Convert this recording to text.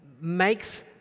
makes